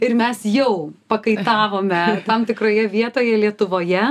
ir mes jau pakaitavome tam tikroje vietoje lietuvoje